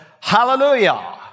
hallelujah